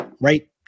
right